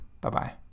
Bye-bye